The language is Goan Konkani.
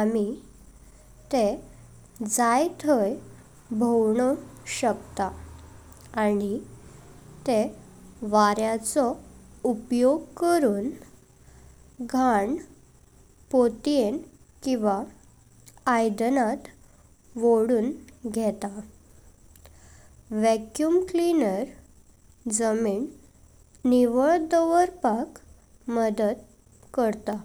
आम्ही ते झाय भोनवो शकता आणि ते वार्याचो उपयोग करून घाण पायतें किंवा आइदनात वखोण घेता। वॅक्यूम क्लियर जमीन निवळ दावरपाक मदद करता।